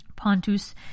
Pontus